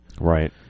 Right